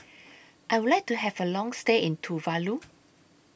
I Would like to Have A Long stay in Tuvalu